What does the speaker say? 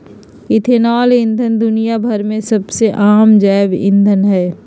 ethanol ईंधन दुनिया भर में सबसे आम जैव ईंधन हई